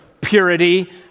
purity